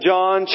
John